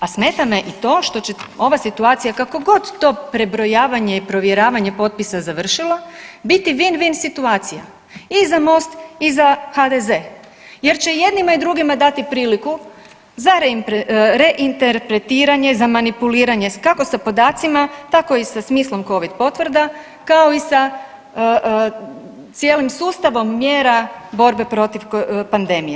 A smeta me i to što će ova situacija kako god to prebrojavanje i provjeravanje potpisa završilo biti win-win situacija i za MOST i za HDZ, jer će i jednima i drugima dati priliku za reinterpretiranje, za manipuliranje kako sa podacima, tako i sa smislom covid potvrda kao i sa cijelim sustavom mjera borbe protiv pandemije.